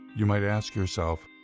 you might ask yourself,